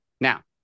Now